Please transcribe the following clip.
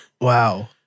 Wow